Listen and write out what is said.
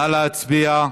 נא להצביע.